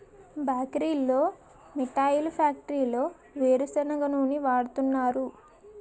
బేకరీల్లో మిఠాయి ఫ్యాక్టరీల్లో వేరుసెనగ నూనె వాడుతున్నారు